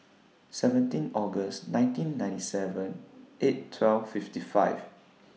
seventeen August nineteen ninety seven eight twelve fifty five